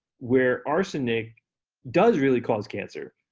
where arsenic does really cause cancer,